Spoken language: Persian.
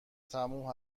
تموم